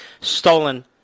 stolen